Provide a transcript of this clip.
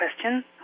question